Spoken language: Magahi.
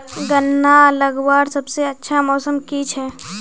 गन्ना लगवार सबसे अच्छा मौसम की छे?